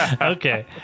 Okay